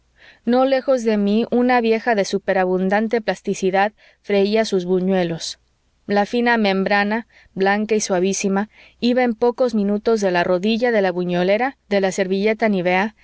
no lejos de mí una vieja de superabundante plasticidad freía sus buñuelos la fina membrana blanca suavísima iba en pocos minutos de la rodilla de la buñolera de la servilleta nivea